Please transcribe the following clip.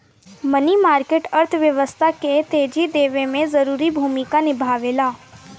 मनी market अर्थव्यवस्था के तेजी देवे में जरूरी भूमिका निभावेला